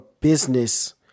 business